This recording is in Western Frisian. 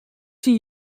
syn